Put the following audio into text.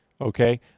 okay